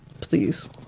please